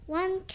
one